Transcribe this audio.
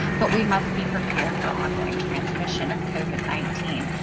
but we must be prepared for ongoing transmission of covid nineteen.